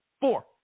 four